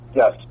Yes